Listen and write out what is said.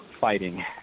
fighting